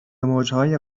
موجهای